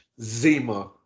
Zima